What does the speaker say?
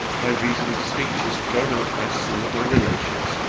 by reason of speeches thrown out by some of my relations,